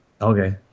Okay